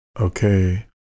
okay